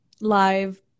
live